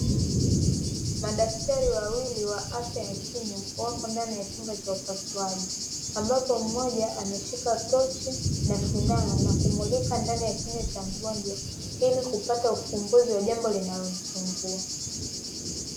Madaktari wawili wa afya ya kinywa, wapo katika chumba cha upasuaji ambapo mmoja ameshika tochi na sindano na kumulika ndani ya kinywa cha mgonjwa ili kupata ufumbuzi wa jambo linalomsumbua.